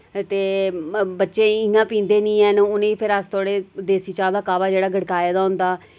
ते बच्चे इ'यां पींदे निं हैन उ'नें फिर अस थोह्ड़े देसी चाह् दा कावा जेह्ड़ा गड़काए दा होंदा